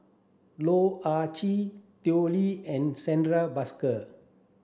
Loh Ah Chee Tao Li and Santha Bhaskar